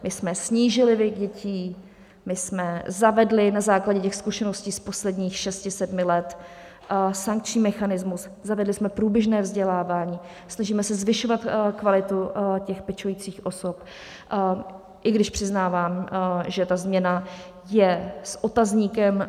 My jsme snížili věk dětí, my jsme zavedli na základě zkušeností z posledních šesti, sedmi let sankční mechanismus, zavedli jsme průběžné vzdělávání, snažíme se zvyšovat kvalitu pečujících osob, i když přiznávám, že ta změna je s otazníkem.